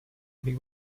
avec